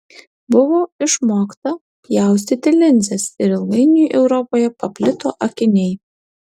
buvo išmokta pjaustyti linzes ir ilgainiui europoje paplito akiniai